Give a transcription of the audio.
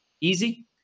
easy